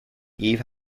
eve